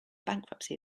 bankruptcy